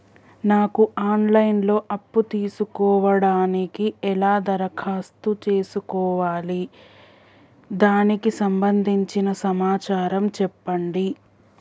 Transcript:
నాకు online లో అప్పు తీసుకోవడానికి ఎలా దరఖాస్తు చేసుకోవాలి దానికి సంబంధించిన సమాచారం చెప్పండి?